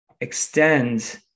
extend